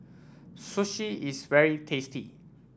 Sushi is very tasty